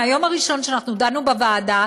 מהיום הראשון שאנחנו דנו בוועדה,